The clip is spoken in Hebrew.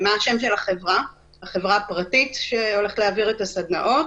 מה השם של החברה הפרטית שהולכת להעביר את הסדנאות?